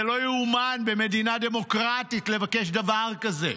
זה לא ייאמן, במדינה דמוקרטית לבקש דבר כזה.